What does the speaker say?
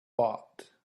bought